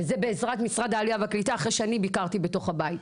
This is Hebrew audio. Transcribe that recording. וזה בעזרת משרד העלייה והקליטה אחרי שאני ביקרתי בתוך הבית.